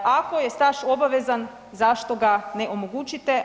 Ako je staž obavezan, zašto ga ne omogućite?